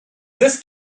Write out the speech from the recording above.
this